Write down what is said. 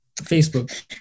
Facebook